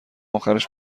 آخرش